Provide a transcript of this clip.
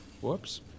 Whoops